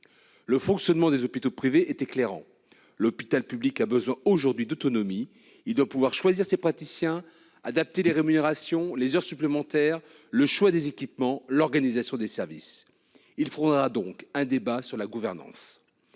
Le fonctionnement des hôpitaux privés est éclairant. L'hôpital public a aujourd'hui besoin d'autonomie, il doit pouvoir choisir ses praticiens, adapter les rémunérations, les heures supplémentaires, le choix des équipements, l'organisation des services. Un débat sur la gouvernance